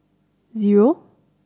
zero